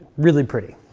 really pretty.